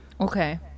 Okay